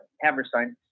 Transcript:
Hammerstein